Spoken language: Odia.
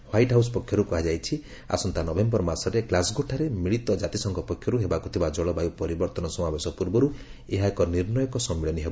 ହ୍ପାଇଟ୍ ହାଉସ୍ ପକ୍ଷରୁ କୁହାଯାଇଛି ଯେ ଆସନ୍ତା ନଭେୟର ମାସରେ ଗ୍ଲାସ୍ଗୋଠାରେ ମିଳିତ କ୍ଜାତିସଂଘ ପକ୍ଷରୁ ହେବାକୁ ଥିବା ଜଳବାୟୁ ପରିବର୍ତ୍ତନ ସମାବେଶ ପୂର୍ବରୁ ଏହା ଏକ ନିର୍ଣ୍ଣାୟକ ସମ୍ମିଳନୀ ହେବ